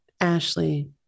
Ashley